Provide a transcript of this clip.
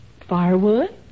Firewood